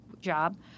job